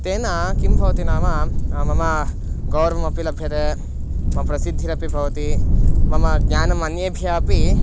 तेन किं भवति नाम मम गौरवमपि लभ्यते मम प्रसिद्धिरपि भवति मम ज्ञानम् अन्येभ्यः अपि